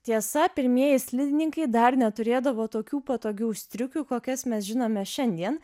tiesa pirmieji slidininkai dar neturėdavo tokių patogių striukių kokias mes žinome šiandien